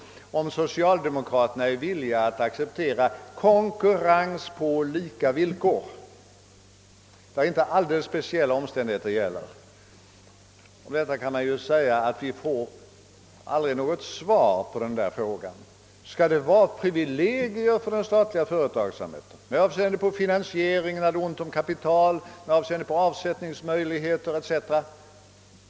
a. har vi frågat om socialdemokraterna är villiga att acceptera konkurrens på lika villkor, när inte alldeles speciella omständigheter är för handen. Vi får aldrig något svar på den frågan. Skall det vara privilegier för den statliga företagsamheten med avseende på finansieringen när det är ont om kapital, när det gäller avsättningsmöjligheter m.m.?